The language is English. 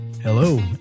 Hello